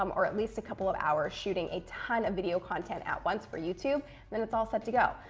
um or at least a couple of hours, shooting a ton of video content at once for youtube. and then it's all set to go.